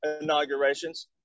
inaugurations